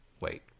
wait